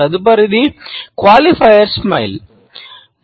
తదుపరిది క్వాలిఫైయర్ చిరునవ్వు